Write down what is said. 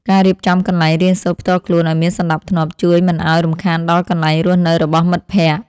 ការរៀបចំកន្លែងរៀនសូត្រផ្ទាល់ខ្លួនឱ្យមានសណ្តាប់ធ្នាប់ជួយមិនឱ្យរំខានដល់កន្លែងរស់នៅរបស់មិត្តភក្តិ។